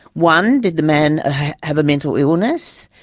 one, did the man have a mental illness?